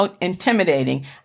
intimidating